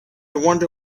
wonder